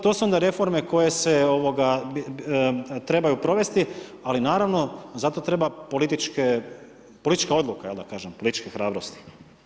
To su onda reforme koje se, ovoga, trebaju provesti, ali, naravno, za to treba politička odluka, jel, da kažem, političke hrabrosti.